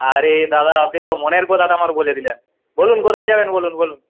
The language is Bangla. আরে দাদা আপনি তো মনের কথাটা আমার বলে দিলেন বলুন কোথায় যাবেন বলুন বলুন